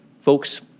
folks